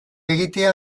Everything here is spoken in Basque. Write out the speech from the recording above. egitea